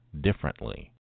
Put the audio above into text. differently